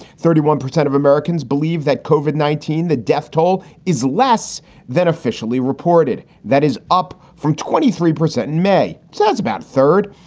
thirty one percent of americans believe that covid nineteen the death toll is less than officially reported. that is up from twenty three percent in may. so that's about third.